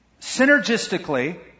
synergistically